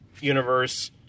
universe